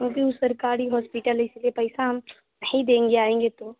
लेकिन सरकारी हॉस्पीटल है इसीलिए पैसा नहीं देंगे आएँगे तो